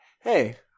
Hey